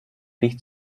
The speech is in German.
licht